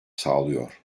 sağlıyor